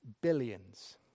billions